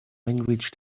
language